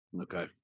Okay